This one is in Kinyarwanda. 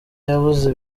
yabuze